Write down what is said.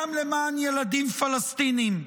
גם למען ילדים פלסטינים.